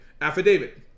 affidavit